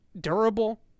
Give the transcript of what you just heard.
durable